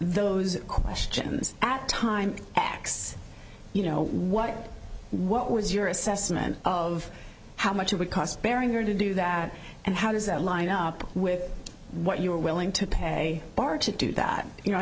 those questions at a time x you know what what was your assessment of how much it would cost barrier to do that and how does that line up with what you are willing to pay bar to do that you know i